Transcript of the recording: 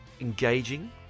engaging